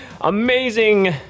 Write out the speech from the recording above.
amazing